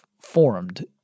formed